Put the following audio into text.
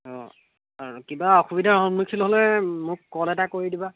অঁ আৰু কিবা অসুবিধাৰ সন্মুখীন হ'লে মোক ক'ল এটা কৰি দিবা